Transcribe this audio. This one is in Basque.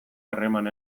harreman